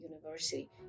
University